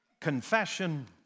confession